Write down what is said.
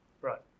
Right